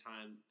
time